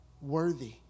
worthy